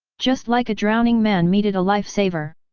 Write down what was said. just like a drowning man meeted a lifesaver.